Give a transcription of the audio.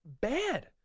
bad